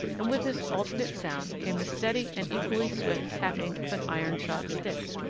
and with this alternate sound came the steady and equally swift tapping of an iron-shod stick.